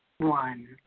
one.